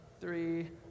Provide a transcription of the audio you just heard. three